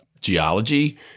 geology